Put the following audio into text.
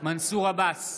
מנסור עבאס,